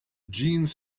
jeans